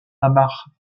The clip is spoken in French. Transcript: amar